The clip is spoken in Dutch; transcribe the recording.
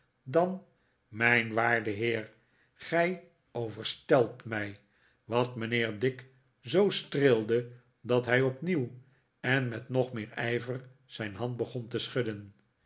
dan mijn waarde heer gij overstelpt mij wat mijnheer dick zoo streelde dat hij opnieuw en met nog meer ijver zijn hand begon te schudden